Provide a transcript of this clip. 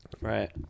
right